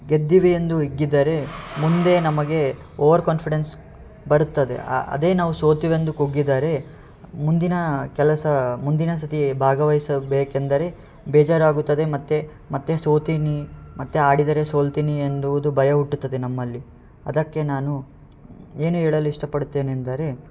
ಗೆದ್ದಿವೆ ಎಂದು ಹಿಗ್ಗಿದರೆ ಮುಂದೆ ನಮಗೆ ಓವರ್ ಕಾನ್ಫಿಡೆನ್ಸ್ ಬರುತ್ತದೆ ಅದೇ ನಾವು ಸೋತೆವೆ ಎಂದು ಕುಗ್ಗಿದರೆ ಮುಂದಿನ ಕೆಲಸ ಮುಂದಿನ ಸರ್ತಿ ಭಾಗವಹಿಸಬೇಕೆಂದರೆ ಬೇಜಾರಾಗುತ್ತದೆ ಮತ್ತು ಮತ್ತೆ ಸೋಲ್ತೀನಿ ಮತ್ತೆ ಆಡಿದರೆ ಸೋಲ್ತಿನಿ ಎಂದುವುದು ಭಯ ಹುಟ್ಟುತ್ತದೆ ನಮ್ಮಲ್ಲಿ ಅದಕ್ಕೆ ನಾನು ಏನು ಹೇಳಲು ಇಷ್ಟಪಡುತ್ತೇನೆಂದರೆ